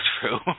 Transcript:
true